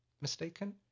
mistaken